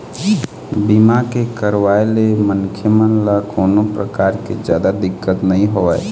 बीमा के करवाय ले मनखे मन ल कोनो परकार के जादा दिक्कत नइ होवय